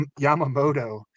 yamamoto